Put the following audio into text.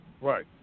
Right